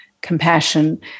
compassion